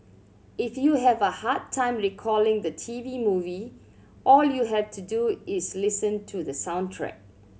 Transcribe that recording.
if you have a hard time recalling the T V movie all you have to do is listen to the soundtrack